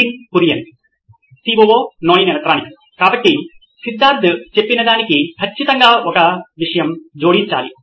Nitin Kurian COO నోయిన్ electronics కాబట్టి సిద్ధార్థ్ చెప్పినదానికి ఖచ్చితంగా ఒక విషయం జోడించాలి